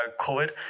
COVID